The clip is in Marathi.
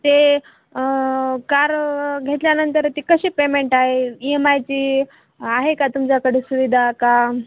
ते कार घेतल्यानंतर ती कशी पेमेंट आहे ई एम आयची आहे का तुमच्याकडे सुविधा का